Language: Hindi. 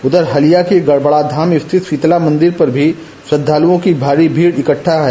उधर हलिया के गड़बड़ा धाम स्थित शीतला मंदिर पर भी श्रधालुओं की भारी भीड़ इकठ्ठा है